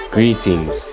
Greetings